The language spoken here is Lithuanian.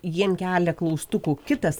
jiem kelia klaustukų kitas